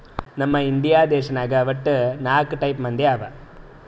ನಮ್ ಇಂಡಿಯಾ ದೇಶನಾಗ್ ವಟ್ಟ ನಾಕ್ ಟೈಪ್ ಬಂದಿ ಅವಾ